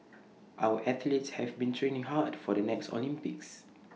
our athletes have been training hard for the next Olympics